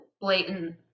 blatant